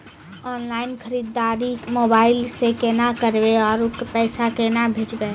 Online खरीददारी mobile से केना करबै, आरु पैसा केना भेजबै?